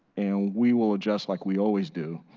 and we will adjust like we always do.